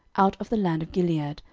out of the land of gilead,